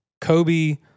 Kobe